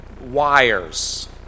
wires